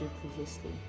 previously